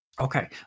Okay